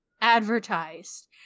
advertised